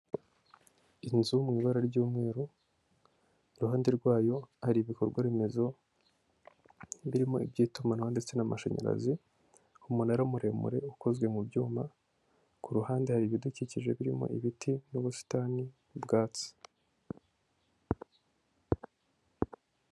Inzu mu ibara ry'umweru iruhande rwayo hari ibikorwa remezo birimo: iby'itumanaho ndetse n'amashanyarazi, umunara muremure ukozwe mu byuma, ku ruhande hari ibidukikije birimo ibiti n'ubusitani, ubwatsi.